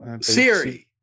Siri